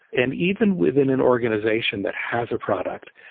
and even within an organization that has a product,